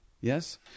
Yes